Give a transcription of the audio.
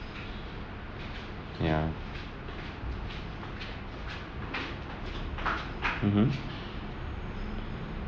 ya mmhmm